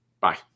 Bye